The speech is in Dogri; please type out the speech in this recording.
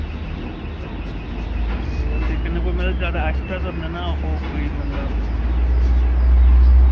अच्छा भैया ते कन्नै कोई मतलब ज्यादा एक्स्ट्रा ते नि ना होग कोई मतलब